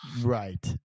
Right